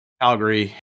Calgary